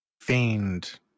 feigned